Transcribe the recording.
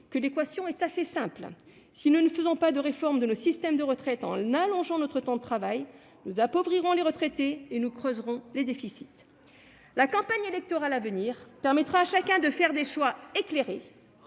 que l'équation était assez simple : à défaut de réformer nos systèmes de retraite en allongeant notre temps de travail, nous appauvrirons les retraités et nous creuserons les déficits. La campagne électorale à venir permettra à chacun de faire des choix éclairés